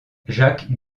jacques